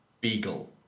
Beagle